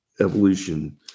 evolution